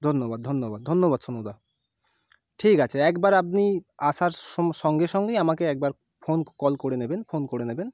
ধন্যবাদ ধন্যবাদ ধন্যবাদ সনুদা ঠিক আছে একবার আপনি আসার সঙ্গে সঙ্গেই আমাকে একবার ফোন কল করে নেবেন ফোন করে নেবেন